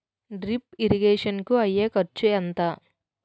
Drip irrigation కూ అయ్యే ఖర్చు ఎంత?